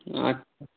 আচ্ছা